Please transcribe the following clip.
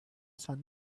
sun